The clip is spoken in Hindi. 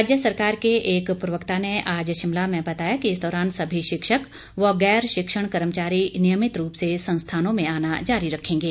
राज्य सरकार के एक प्रवक्ता ने आज शिमला में बताया कि इस दौरान सभी शिक्षक व गैर शिक्षण कर्मचारी नियमित रूप से संस्थानों में आना जारी रखेंगे